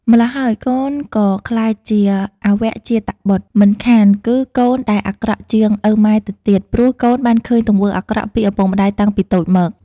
ម្ល៉ោះហើយ កូនក៏ក្លាយជា អវជាតបុត្ត មិនខានគឺកូនដែលអាក្រក់ជាងឪម៉ែទៅទៀត ព្រោះកូនបានឃើញទង្វើអាក្រក់ពីឱពុកម្តាយតាំងពីតូចមក ។